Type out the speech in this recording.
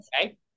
okay